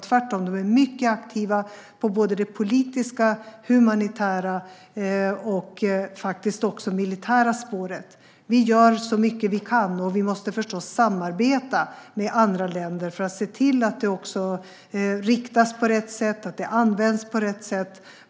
Tvärtom är de mycket aktiva på såväl det politiska som det humanitära och det militära spåret. Vi gör så mycket vi kan, och vi måste förstås samarbeta med andra länder för att se till att det riktas och används på rätt sätt.